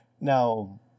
Now